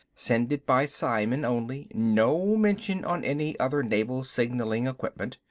send it by psimen only, no mention on any other naval signaling equipment,